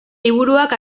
liburuak